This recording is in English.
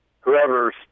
whoever's